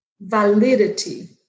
validity